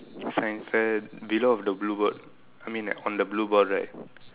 science fair below of the blue board I mean right on the blue board right